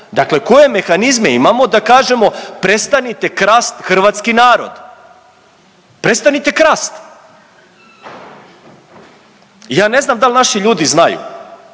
dakle koje mehanizme imamo da kažemo prestanite krast hrvatski narod, prestanite krast. Ja ne znam dal naši ljudi znaju,